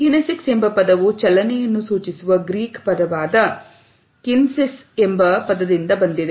kinesics ಎಂಬ ಪದವು ಚಲನೆಯನ್ನು ಸೂಚಿಸುವ ಗ್ರೀಕ್ ಪದವಾದ ಕಾಯಿನ್ಸ್ ಎಂಬ ಪದದಿಂದ ಬಂದಿದೆ